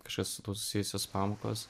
kažkas su tuo susijusios pamokos